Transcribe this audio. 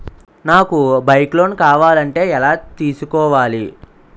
నాకు bike loan కావాలంటే ఎలా తీసుకోవాలి?